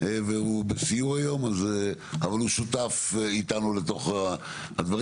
והוא בסיור היום, אבל הוא שותף איתנו לתוך הדברים.